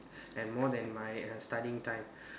and more than my uh studying time